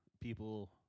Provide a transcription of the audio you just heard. People